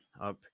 up